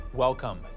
Welcome